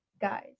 guys